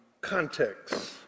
context